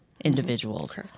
individuals